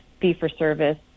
fee-for-service